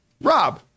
rob